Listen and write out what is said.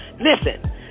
Listen